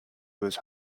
was